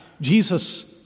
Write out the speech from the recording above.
Jesus